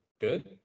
good